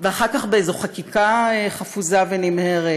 ואחר כך באיזו חקיקה חפוזה ונמהרת,